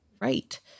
Right